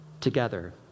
together